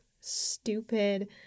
stupid